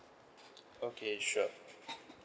okay sure